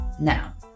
Now